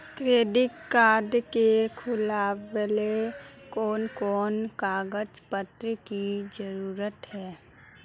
Credit card के खुलावेले कोन कोन कागज पत्र की जरूरत है?